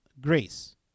grace